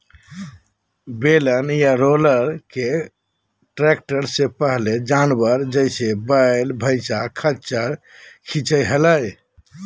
बेलन या रोलर के ट्रैक्टर से पहले जानवर, जैसे वैल, भैंसा, खच्चर खीचई हलई